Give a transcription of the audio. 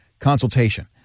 consultation